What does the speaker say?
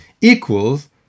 equals